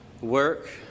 work